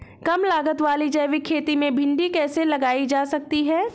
कम लागत वाली जैविक खेती में भिंडी कैसे लगाई जा सकती है?